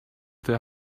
their